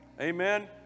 Amen